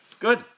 Good